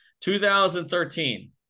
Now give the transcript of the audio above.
2013